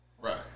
Right